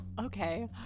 Okay